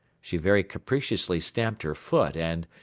she very capriciously stamped her foot and,